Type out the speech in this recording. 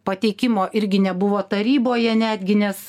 pateikimo irgi nebuvo taryboje netgi nes